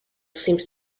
seems